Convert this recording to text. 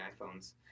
iphones